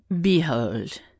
Behold